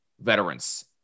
veterans